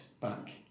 back